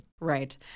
Right